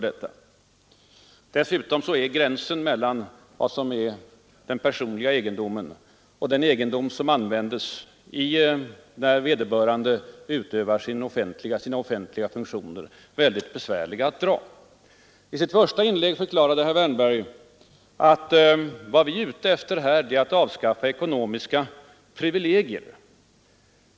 Dessutom är gränsen mellan vad som är kungens personliga egendom och den egendom som används när han utövar sina offentliga funktioner mycket besvärlig att dra. I sitt första inlägg förklarade herr Wärnberg att vad utskottsmajoriteten är ute efter är att avskaffa ekonomiska privilegier.